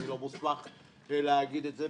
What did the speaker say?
אני לא מוסמך כדי להגיד את זה.